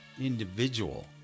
individual